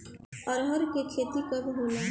अरहर के खेती कब होला?